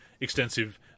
extensive